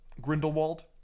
Grindelwald